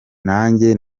nanjye